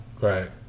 Right